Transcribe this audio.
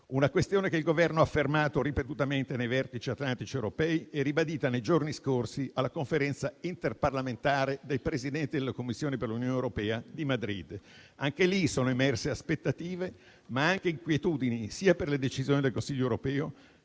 Una questione che il Governo ha affermato ripetutamente nei vertici atlantici ed europei e ribadita nei giorni scorsi alla Conferenza interparlamentare dei Presidenti della Commissione per l'Unione europea di Madrid. Anche lì sono emerse aspettative, ma anche inquietudini sia per le decisioni del Consiglio europeo